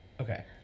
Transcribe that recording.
Okay